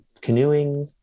canoeing